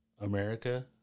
America